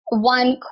One